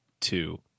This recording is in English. two